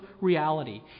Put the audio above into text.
reality